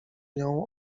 nią